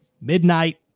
midnight